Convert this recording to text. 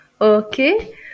Okay